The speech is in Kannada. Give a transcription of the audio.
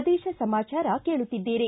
ಪ್ರದೇಶ ಸಮಾಚಾರ ಕೇಳುತ್ತಿದ್ದೀರಿ